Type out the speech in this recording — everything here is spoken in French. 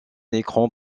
écran